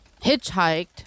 hitchhiked